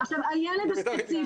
הילד הספציפי,